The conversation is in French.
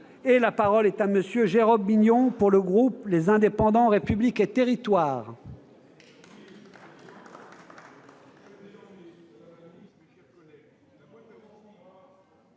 La parole est à M. Jérôme Bignon, pour le groupe Les Indépendants-République et Territoires.